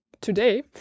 today